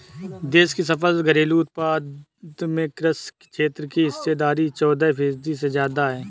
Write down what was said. देश की सकल घरेलू उत्पाद में कृषि क्षेत्र की हिस्सेदारी चौदह फीसदी से ज्यादा है